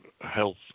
health